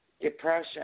depression